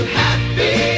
happy